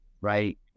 right